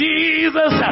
Jesus